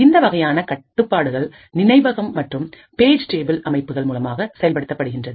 இந்த வகையான கட்டுப்பாடுகள் நினைவகம் மற்றும் பேஜ் டேபிள் அமைப்புகள் மூலமாக செயல்படுத்தப்படுகின்றது